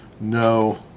no